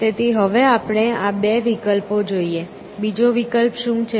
તેથી હવે આપણે આ બે વિકલ્પો જોઈએ બીજો વિકલ્પ શું છે